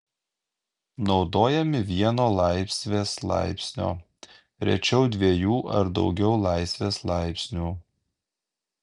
naudojami vieno laisvės laipsnio rečiau dviejų ar daugiau laisvės laipsnių